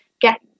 get